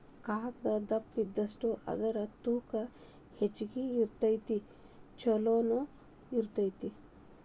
ಕಾಗದಾ ದಪ್ಪ ಇದ್ದಷ್ಟ ಅದರ ತೂಕಾ ಹೆಚಗಿ ಇರತತಿ ಚುಲೊನು ಇರತತಿ